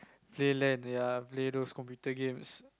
play land ya play those computer games